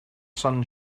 sun